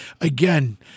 again